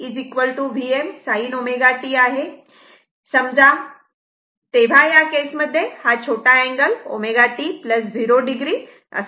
समजा हे V Vm sin ω t आहे तेव्हा या केसमध्ये हा छोटा अँगल ω t 0 o असा संबंधित आहे